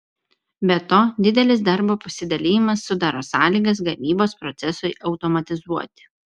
be to didelis darbo pasidalijimas sudaro sąlygas gamybos procesui automatizuoti